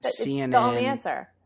CNN